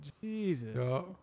Jesus